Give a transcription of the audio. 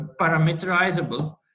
parameterizable